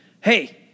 hey